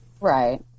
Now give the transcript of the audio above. Right